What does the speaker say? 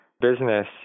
business